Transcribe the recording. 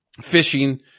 fishing